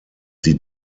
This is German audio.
sie